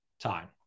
Time